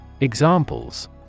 Examples